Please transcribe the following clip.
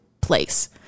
place